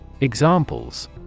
Examples